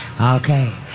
Okay